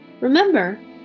Remember